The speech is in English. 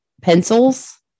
pencils